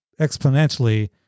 exponentially